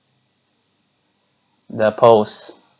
the pearls